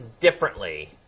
differently